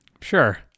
Sure